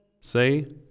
Say